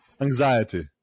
anxiety